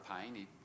pain